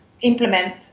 implement